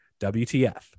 WTF